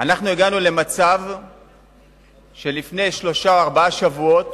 הגענו למצב שלפני שלושה-ארבעה שבועות